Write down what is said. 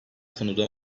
konuda